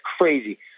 crazy